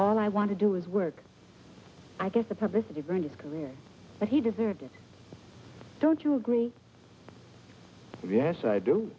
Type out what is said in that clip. all i want to do is work i guess the publicity burned his career but he deserved it don't you agree yes i do